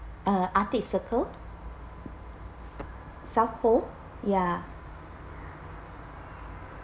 uh arctic circle south pole ya